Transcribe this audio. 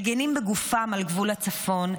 מגינים בגופם על גבול הצפון,